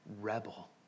rebel